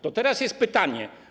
To teraz jest pytanie.